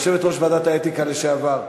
יושבת-ראש ועדת האתיקה לשעבר.